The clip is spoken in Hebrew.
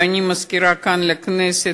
ואני מזכירה כאן לכנסת,